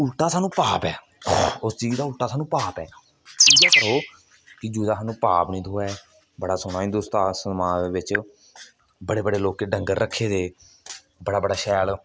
उलटा सानूं पाप ऐ उस चीज दा उलटा सानूं पाप ऐ इ'यां करो कि जेहदा सानूं पाप नेईं थ्होऐ बड़ा सोह्ना होई जंदा हिन्दू समाज दे बिच्च बड़े बड़े लोकें डंगर रक्खे दे बड़ा बड़ा शैल